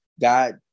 God